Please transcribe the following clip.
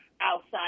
outside